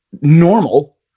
normal